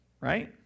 right